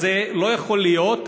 מצב כזה לא יכול להיות.